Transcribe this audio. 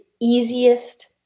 easiest